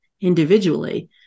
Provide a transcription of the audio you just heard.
individually